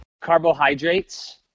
Carbohydrates